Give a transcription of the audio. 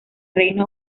reino